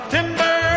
Timber